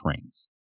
trains